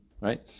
Right